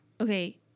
okay